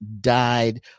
died